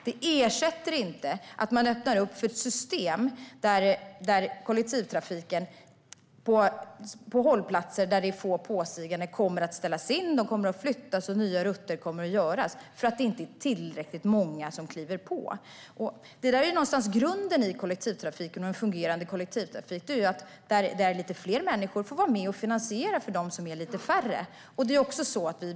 Det ersätter inte att man öppnar upp för ett system där kollektivtrafiken kommer att ställas in till hållplatser där det är få påstigande och flyttas och att nya rutter kommer att göras för att det inte är tillräckligt många som kliver på. Grunden för en fungerande kollektivtrafik är på något sätt att lite fler människor får vara med och finansiera den på de ställen där det är lite färre människor.